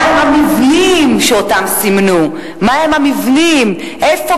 מהם המבנים שאותם סימנו, מהם המבנים, איפה.